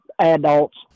adults